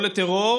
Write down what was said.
או לטרור